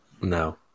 No